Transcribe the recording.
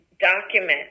document